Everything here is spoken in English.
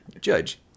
judge